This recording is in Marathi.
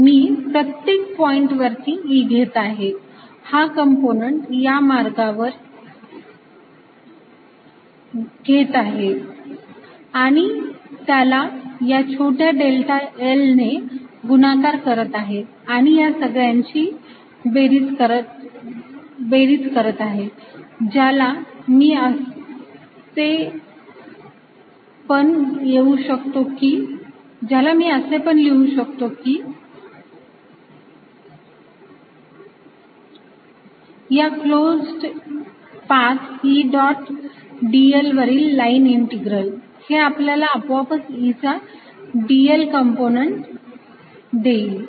मी प्रत्येक पॉईंट वरती E घेत आहे हा कंपोनंट या मार्गावरती घेत आहे आणि त्याला या छोट्या डेल्टा I ने गुणाकार करत आहे आणि या सगळ्यांची बेरीज करत आहे ज्याला मी असे पण लिहू शकतो की या closed path E dot dI वरील लाईन इंटिग्रल हे आपल्याला आपोआपच E चा dI वरील कंपोनंट देईल